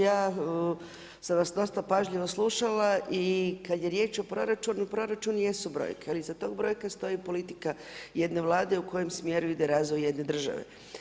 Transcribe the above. Ja sam vas dosta pažljivo slušala i kad je riječ o proračunu, proračun jesu brojke ali iza tih brojka stoji politika jedne Vlade u kojem smjeru ide razvoj jedne države.